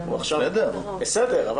בסדר,